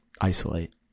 isolate